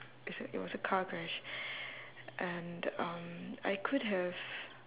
it's a it was a car crash and um I could have